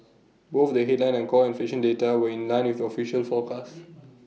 both the headline and core inflation data were in line with the official forecast